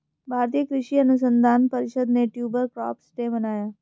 भारतीय कृषि अनुसंधान परिषद ने ट्यूबर क्रॉप्स डे मनाया